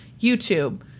youtube